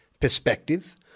perspective